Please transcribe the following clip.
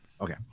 Okay